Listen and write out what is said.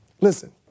Listen